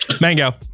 Mango